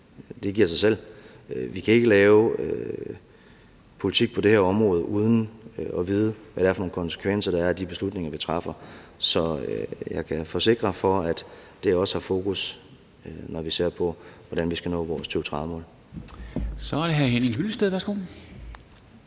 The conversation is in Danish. Det giver sig selv. Vi kan ikke lave politik på det her område uden at vide, hvad det er for nogle konsekvenser, der er af de beslutninger, vi træffer. Så jeg kan forsikre for, at det også har fokus, når vi ser på, hvordan vi skal nå vores 2030-mål. Kl. 10:37 Formanden (Henrik